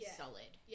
solid